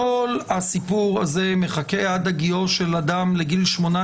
כל הסיפור הזה מחכה עד הגיעו של אדם לגיל 18